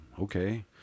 okay